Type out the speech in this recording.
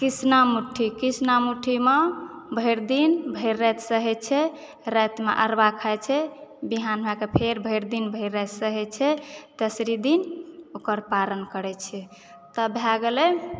कृष्णामठी कृष्णामठीमे भरि दिन भरि राति सहै छै रातिमे अरबा खाइ छै विहान भए कऽ फेर भरि दिन भरि राति सहै छै तेसरी दिन ओकर पारण करै छै तब भए गेलै